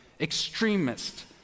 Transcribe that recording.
extremist